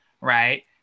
right